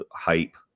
hype